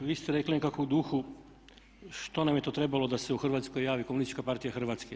Vi ste rekli nekako u duhu što nam je to trebalo da se u Hrvatskoj javi Komunistička partija Hrvatske.